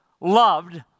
loved